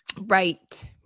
Right